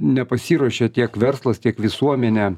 nepasiruošia tiek verslas tiek visuomenė